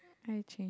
I change